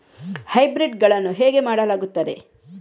Hybrid ಗಳನ್ನು ಹೇಗೆ ಮಾಡಲಾಗುತ್ತದೆ?